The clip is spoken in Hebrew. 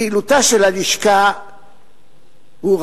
פעילותה של הלשכה רבה: